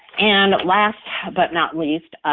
and last but not least,